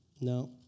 No